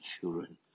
children